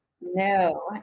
no